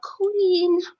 queen